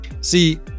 See